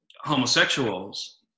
homosexuals